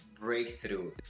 breakthrough